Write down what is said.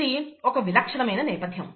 ఇది ఒక విలక్షణమైన నేపథ్యం